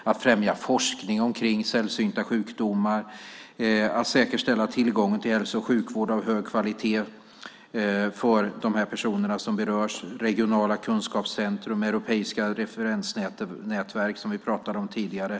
Man bör främja forskning omkring sällsynta sjukdomar, säkerställa tillgången till hälso och sjukvård av hög kvalitet för de personer som berörs. Det finns förslag om inrättande av regionala kunskapscentrum och europeiska referensnätverk som vi pratade om tidigare.